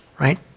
right